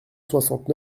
soixante